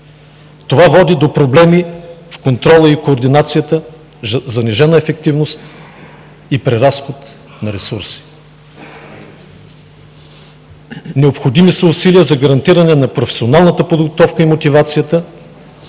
Това води до проблеми в контрола и координацията, занижена ефективност и преразход на ресурси. Необходими са усилия за гарантиране на професионалната подготовка и мотивацията